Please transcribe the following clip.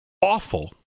awful